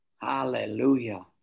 Hallelujah